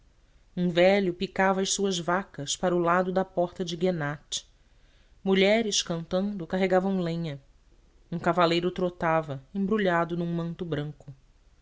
um velho picava as suas vacas para o lado da porta de gená mulheres cantando carregavam lenha um cavaleiro trotava embrulhado num manto branco